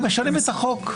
הם משנים את החוק.